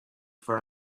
for